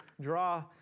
draw